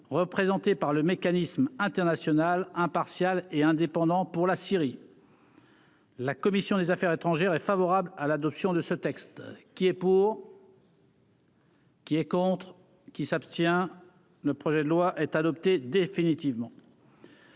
représentée par le mécanisme international impartial et indépendant pour la Syrie. La commission des Affaires étrangères est favorable à l'adoption de ce texte qui est pour. Qui est contre qui s'abstient le projet de loi est adopté définitivement.